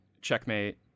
Checkmate